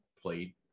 played